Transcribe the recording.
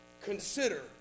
consider